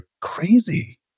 crazy